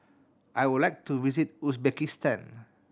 I would like to visit Uzbekistan